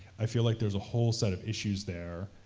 i feel like there's a whole set of issues there,